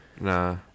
Nah